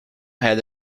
had